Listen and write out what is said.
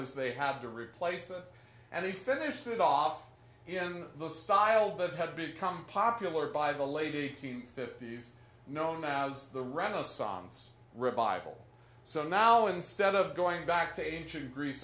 as they had to replace it and they finished it off in the style that had become popular by the late eighteenth fifties known as the renaissance revival so now instead of going back to agent grease